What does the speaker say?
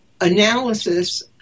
analysis